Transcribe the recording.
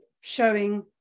Showing